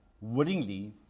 willingly